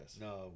No